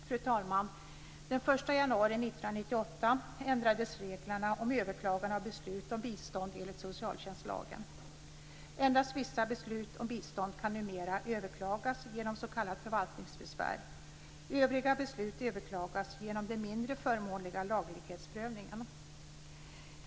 Fru talman! Den 1 januari 1998 ändrades reglerna om överklagande av beslut om bistånd enligt socialtjänstlagen. Endast vissa beslut om bistånd kan numera överklagas genom s.k. förvaltningsbesvär. Övriga beslut överklagas genom den mindre förmånliga laglighetsprövningen.